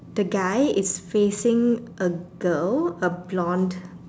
the guy is facing a girl a blonde